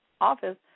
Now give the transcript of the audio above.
office